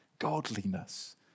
godliness